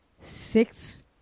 six